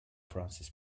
francis